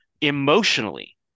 emotionally